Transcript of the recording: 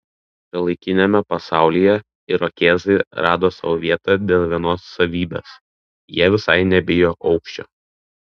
šiuolaikiniame pasaulyje irokėzai rado sau vietą dėl vienos savybės jie visai nebijo aukščio